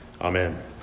Amen